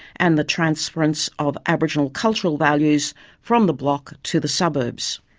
and the transference of aboriginal cultural values from the block to the suburbs.